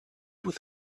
with